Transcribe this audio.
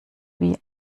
wie